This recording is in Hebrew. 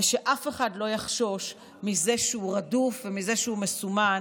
ושאף אחד לא יחשוש מזה שהוא רדוף ומזה שהוא מסומן,